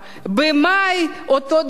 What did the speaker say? במאי, אותו דבר.